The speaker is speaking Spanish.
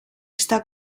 esta